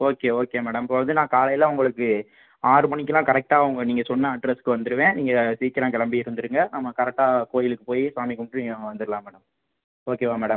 okay okay madam இப்போ வந்து நான் காலையில் உங்களுக்கு ஆறு மணிக்கெலாம் கரெக்டாக உங்கள் நீங்கள் சொன்ன அட்ரெஸுக்கு வந்துடுவேன் நீங்கள் சீக்கிரம் கிளம்பி இருந்திருங்க நம்ம கரெக்டாக கோயிலுக்கு போய் சாமி கும்பிட்டு நீங்கள் வந்துடலாம் மேடம் ஓகேவா மேடம்